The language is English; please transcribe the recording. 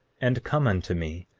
and come unto me,